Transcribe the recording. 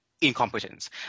incompetence